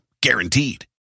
Guaranteed